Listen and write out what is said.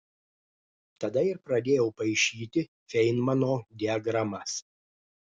tada ir pradėjau paišyti feinmano diagramas